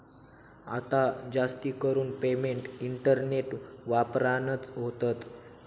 आता जास्तीकरून payment internet वापरानच होतत